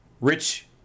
rich